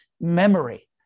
memory